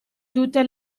tutte